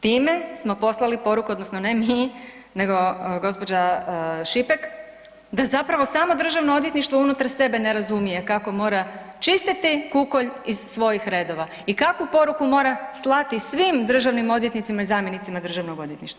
Time smo poslali poruku, odnosno ne mi, nego gospođa Šipek da zapravo samo Državno odvjetništvo unutar sebe ne razumije kako mora čistiti kukolj iz svojih redova i kakvu poruku mora slati svim državnim odvjetnicima i zamjenicima državnog odvjetništva.